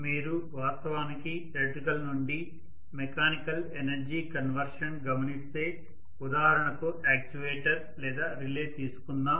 మీరు వాస్తవానికి ఎలక్ట్రికల్ నుండి మెకానికల్ ఎనర్జీ కన్వర్షన్ గమనిస్తే ఉదాహరణకు యాక్యుయేటర్ లేదా రిలే తీసుకుందాం